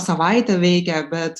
savaitę veikia bet